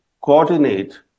coordinate